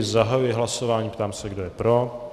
Zahajuji hlasování a ptám se, kdo je pro.